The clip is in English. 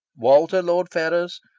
walter lord ferrers,